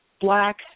black